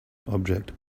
object